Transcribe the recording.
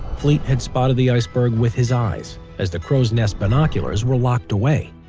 fleet had spotted the iceberg with his eyes, as the crows nest binoculars were locked away.